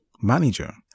Manager